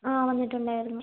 ആ വന്നിട്ടുണ്ടായിരുന്നു